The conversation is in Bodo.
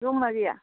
दंना गैया